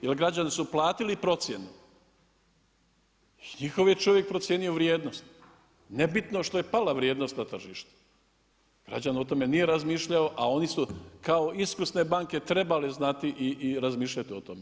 Jel građani su platili procjenu i njihov je čovjek procijenio vrijednost, nebitno što je pala vrijednost na tržištu, građanin o tome nije razmišljao, a oni su kao iskusne banke trebali znati i razmišljati o tome.